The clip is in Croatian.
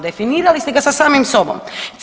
Definirali ste ga sa samim sobom.